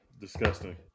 Disgusting